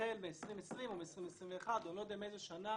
שהחל מ-2020 או 2021, או לא יודע מאיזה שנה,